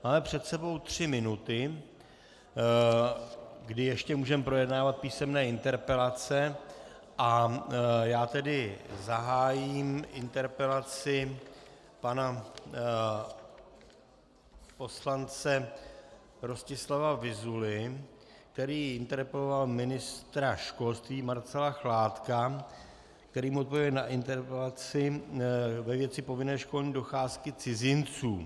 Máme před sebou tři minuty, kdy ještě můžeme projednávat písemné interpelace, a já tedy zahájím interpelaci pana poslance Rostislava Vyzuly, který interpeloval ministra školství Marcela Chládka, který odpověděl na interpelaci ve věci povinné školní docházky cizinců.